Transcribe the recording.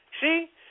See